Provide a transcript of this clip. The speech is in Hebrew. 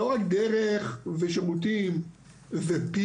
לא רק דרך ושירותים ופיר,